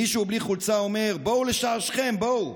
מישהו בלי חולצה אומר: בואו לשער שכם, בואו.